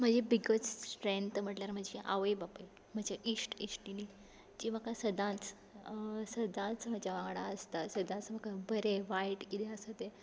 म्हजी biggest strength म्हणल्यार म्हजी आवय बापूय म्हजे इश्ट इश्टिणी ती सदांच सदांच म्हज्या वांगडा आसतात बरे वायट कितें आसा तें